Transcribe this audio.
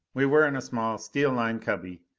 we were in a small steel-lined cubby,